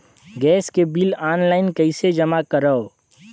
Gas के bill online कइसे जमा करव?